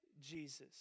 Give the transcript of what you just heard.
Jesus